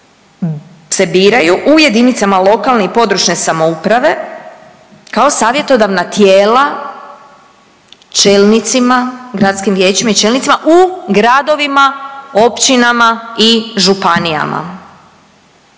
se biraju u jedinicama lokalne i područne samouprave kao savjetodavna tijela čelnicima, gradskim vijećima i čelnicima u gradovima, općinama i županijama.